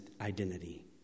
identity